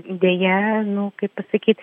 deja nu kaip pasakyt